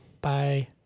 Bye